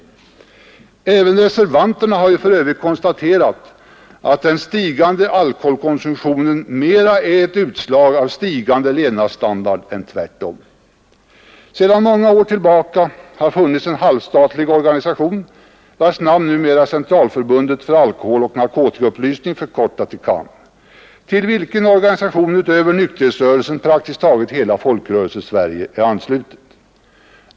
Även reservanterna har ju för övrigt konstaterat att den ökande alkoholkonsumtionen snarare är ett utslag av stigande levnadsstandard än tvärtom. Sedan många år finns en halvstatlig organisation vars namn numera är Centralförbundet för alkoholoch narkotikaupplysning till vilken organisation utöver nykterhetsrörelsen praktiskt taget hela Folkrörelsesverige är anslutet.